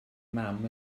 mam